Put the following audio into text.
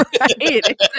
Right